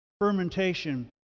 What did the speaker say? fermentation